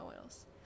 oils